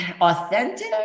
authentic